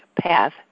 path